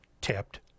tipped